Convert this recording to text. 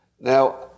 Now